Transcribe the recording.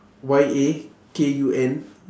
Y A K U N